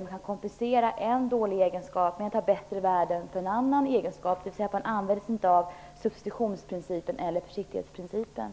man kan kompensera en dålig egenskap med bättre värden på en annan egenskap, dvs. att man inte använder sig av substitutionsprincipen eller försiktighetsprincipen?